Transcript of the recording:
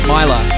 Mila